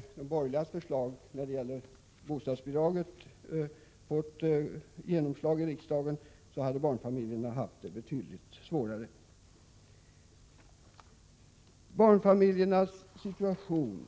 Om de borgerligas förslag beträffande bostadsbidraget hade fått genomslag i riksdagen, skulle barnfamiljerna ha haft det betydligt svårare. Barnfamiljernas situation